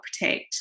protect